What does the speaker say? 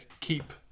keep